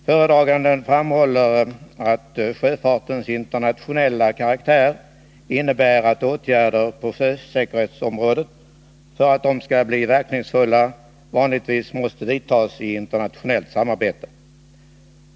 Föredraganden framhåller att sjöfartens internationella karaktär innebär att åtgärder på sjösäkerhetsområdet, för att de skall bli verkningsfulla, vanligtvis måste vidtas i internationellt samarbete.